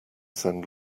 send